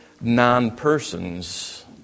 non-persons